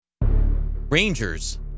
Rangers